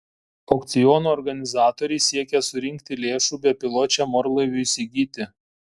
aukciono organizatoriai siekia surinkti lėšų bepiločiam orlaiviui įsigyti